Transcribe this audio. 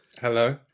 Hello